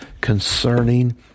concerning